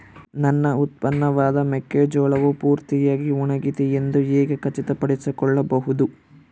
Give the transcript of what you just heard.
ನನ್ನ ಉತ್ಪನ್ನವಾದ ಮೆಕ್ಕೆಜೋಳವು ಪೂರ್ತಿಯಾಗಿ ಒಣಗಿದೆ ಎಂದು ಹೇಗೆ ಖಚಿತಪಡಿಸಿಕೊಳ್ಳಬಹುದು?